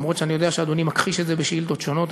אף שאני יודע שאדוני מכחיש את זה בשאילתות שונות,